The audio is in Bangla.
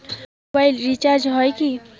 মোবাইল রিচার্জ হয় কি?